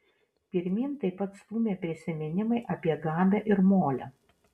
pirmyn taip pat stūmė prisiminimai apie gabę ir molę